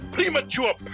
Premature